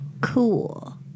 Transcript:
Cool